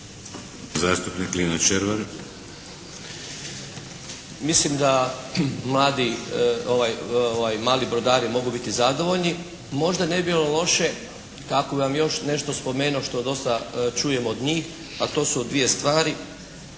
Zastupnik Lino Červar.